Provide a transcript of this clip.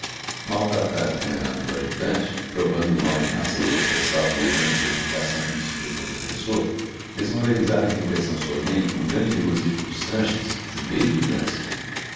maltratado e condenado pelo ajudante provando mal em razão do sobressalto no exame de verificação a que me sujeitou o professor desmoralizado em repreensão solene com grande regozijo do sanches jurei vingança